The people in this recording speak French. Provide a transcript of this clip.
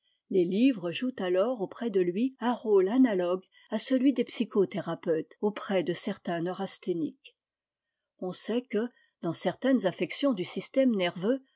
les livres jouent alors auprès de lui un rôle analogue à celui des psychothérapeutes auprès de certains neurasthéniques on sait que dans certaines affections du système nerveux